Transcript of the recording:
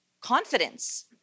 Confidence